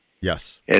Yes